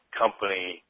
company